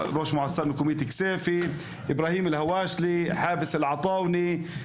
ראש מועצה מקומית אל-כסיפה; איברהים אלהואשלה; חאבס אלעטאונה;